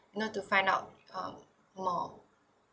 you know to find out um more